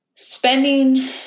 Spending